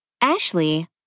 Ashley